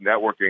networking